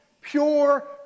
pure